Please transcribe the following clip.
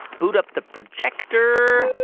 boot up the projector